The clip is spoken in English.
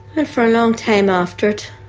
and for a long time after